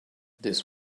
this